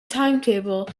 timetable